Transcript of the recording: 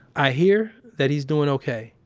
i hear that he's doing okay.